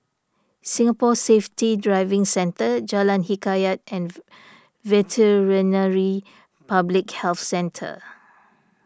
Singapore Safety Driving Centre Jalan Hikayat and Veterinary Public Health Centre